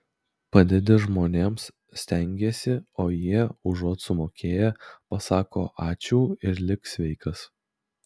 padedi žmonėms stengiesi o jie užuot sumokėję pasako ačiū ir lik sveikas